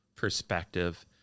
perspective